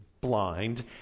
blind